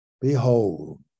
Behold